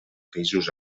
països